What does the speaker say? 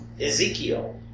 Ezekiel